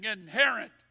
inherent